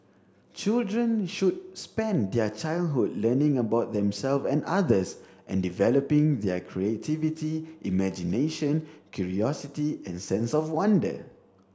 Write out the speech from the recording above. children should spend their childhood learning about themselves and others and developing their creativity imagination curiosity and sense of wonder